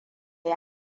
yi